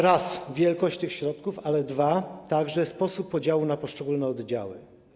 Raz - wielkość tych środków, ale dwa - sposób podziału na poszczególne oddziały.